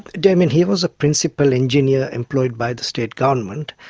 damien, he was a principal engineer employed by the state government,